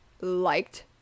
liked